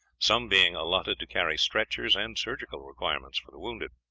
some being allotted to carry stretchers and surgical requirements for the wounded.